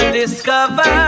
discover